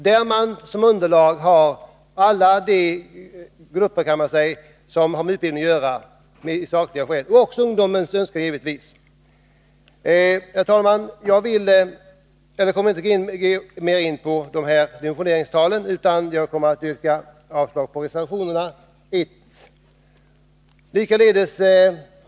Beträffande denna målsättning har alla grupper som har med utbildning att göra varit med och lämnat sakliga skäl och därmed skapat ett underlag, varvid det givetvis också har tagits hänsyn till ungdomarnas önskemål. Herr talman! Jag kommer inte att gå in på dimensioneringstalen, utan yrkar avslag på reservation 1.